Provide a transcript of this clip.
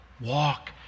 walk